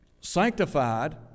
sanctified